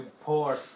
poor